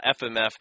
fmf